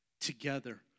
together